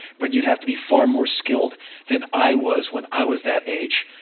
but you'd have to be far more skilled than i was when i was that age,